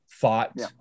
thought